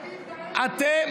תגיד: טעיתי.